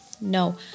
no